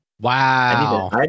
Wow